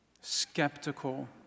skeptical